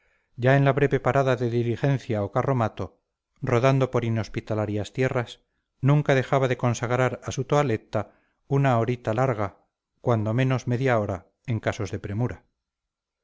ya en la breve parada de diligencia o carromato rodando por inhospitalarias tierras nunca dejaba de consagrar a su toalleta una horita larga cuando menos media hora en casos de premura